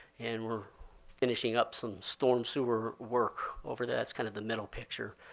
and we're finishing up some storm sewer work over that. that's kind of the middle picture.